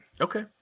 Okay